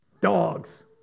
dogs